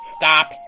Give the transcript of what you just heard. Stop